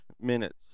minutes